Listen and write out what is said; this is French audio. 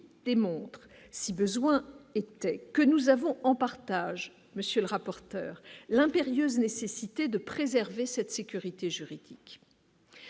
démontre, si besoin était, que nous avons en partage, monsieur le rapporteur, l'impérieuse nécessité de préserver cette sécurité juridique